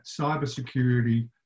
cybersecurity